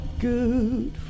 good